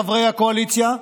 חברי הקואליציה,